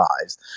lives